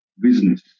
business